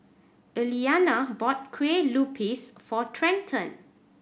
Eliana bought Kuih Lopes for Trenten